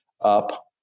up